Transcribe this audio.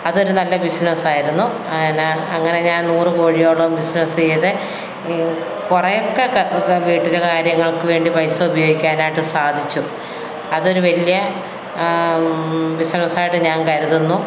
അതൊരു നല്ല ബിസിനെസ്സായിരുന്നു പിന്നെ അങ്ങനെ ഞാൻ നൂറു കോഴിയോളം ബിസിനെസ് ചെയ്തു കുറേയൊക്കെ വീട്ടിലെ കാര്യങ്ങൾക്കു വേണ്ടി പൈസ ഉപയോഗിക്കാനായിട്ടു സാധിച്ചു അതൊരു വലിയ ബിസിനെസ്സായിട്ടു ഞാൻ കരുതുന്നു